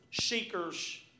seekers